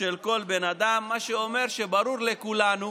של כל בן אדם, מה שאומר שברור לכולנו